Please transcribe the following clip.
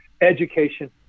education